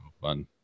fun